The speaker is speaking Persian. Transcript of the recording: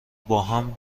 باهم